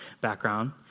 background